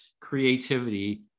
creativity